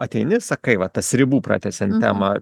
ateini sakai va tas ribų pratęsiant temą